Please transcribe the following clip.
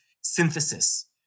synthesis